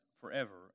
forever